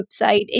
website